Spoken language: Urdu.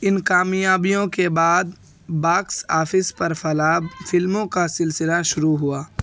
ان کامیابیوں کے بعد باکس آفس پر فلاپ فلموں کا سلسلہ شروع ہوا